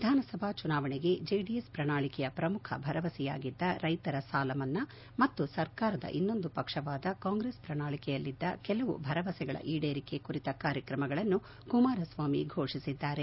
ವಿಧಾನಸಭಾ ಚುನಾವಣೆಗೆ ಜೆಡಿಎಸ್ ಪ್ರಣಾಳಿಕೆಯ ಪ್ರಮುಖ ಭರವಸೆಯಾಗಿದ್ದ ರೈತರ ಸಾಲಮನ್ನಾ ಮತ್ತು ಸರ್ಕಾರದ ಇನ್ನೊಂದು ಪಕ್ಷವಾದ ಕಾಂಗ್ರೆಸ್ ಪ್ರಣಾಳಿಕೆಯಲ್ಲಿದ್ದ ಕೆಲವು ಭರವಸೆಗಳ ಈಡೇರಿಕೆ ಕುರಿತ ಕಾರ್ಯಕ್ರಮಗಳನ್ನು ಕುಮಾರಸ್ವಾಮಿ ಘೋಷಿಸಿದ್ದಾರೆ